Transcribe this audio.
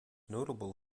notable